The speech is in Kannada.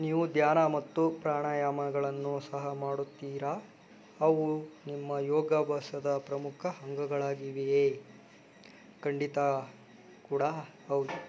ನೀವು ಧ್ಯಾನ ಮತ್ತು ಪ್ರಾಣಾಯಾಮಗಳನ್ನು ಸಹ ಮಾಡುತ್ತೀರಾ ಅವು ನಿಮ್ಮ ಯೋಗಾಭ್ಯಾಸದ ಪ್ರಮುಖ ಅಂಗಗಳಾಗಿವೆಯೇ ಖಂಡಿತ ಕೂಡ ಹೌದು